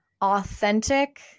authentic